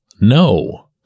No